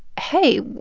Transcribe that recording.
hey,